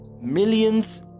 Millions